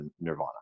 nirvana